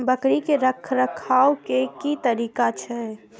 बकरी के रखरखाव के कि तरीका छै?